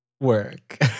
work